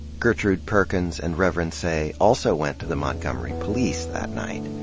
gertrude perkins and reverend seay also went to the montgomery police that night.